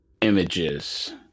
Images